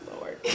lord